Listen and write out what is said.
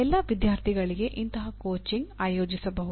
ಎಲ್ಲಾ ವಿದ್ಯಾರ್ಥಿಗಳಿಗೆ ಇಂತಹ ಕೋಚಿಂಗ್ ಆಯೋಜಿಸಬಹುದು